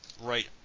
right